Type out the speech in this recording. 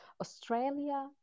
Australia